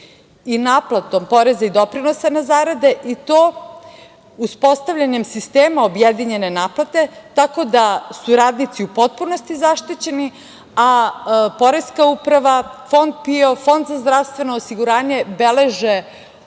i naplatom poreza i doprinosa na zarade, i to uspostavljanjem sistema objedinjene naplate, tako da su radnici u potpunosti zaštićeni, a Poreska uprava, Fond PIO, Fond za zdravstveno osiguranje beleže